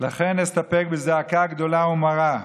ולכן אסתפק בזעקה גדולה ומרה,